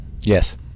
Yes